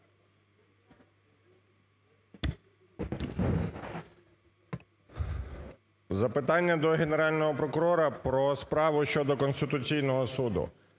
Запитання до Генерального прокурора про справу щодо Конституційного Суду.